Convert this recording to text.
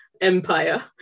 empire